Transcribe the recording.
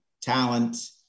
talent